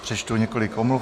Přečtu několik omluv.